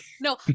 no